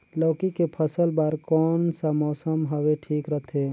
लौकी के फसल बार कोन सा मौसम हवे ठीक रथे?